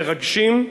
מרגשים,